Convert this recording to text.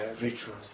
ritual